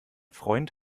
freund